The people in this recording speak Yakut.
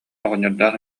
оҕонньордоох